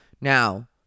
Now